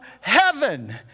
heaven